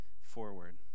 forward